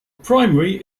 primary